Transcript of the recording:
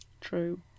True